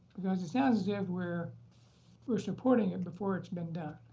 because it sounds as if we're we're supporting it before it's been done.